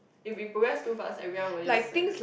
if we progress too fast everyone will just like